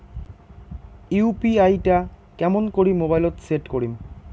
UPI টা কেমন করি মোবাইলত সেট করিম?